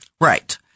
Right